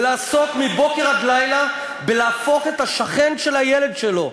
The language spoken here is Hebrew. ולעסוק מבוקר עד לילה בלהפוך את הילד של השכן שלו,